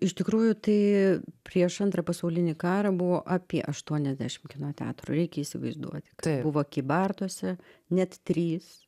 iš tikrųjų tai prieš antrą pasaulinį karą buvo apie aštuoniadešim kino teatrų reikia įsivaizduoti buvo kybartuose net trys